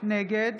נגד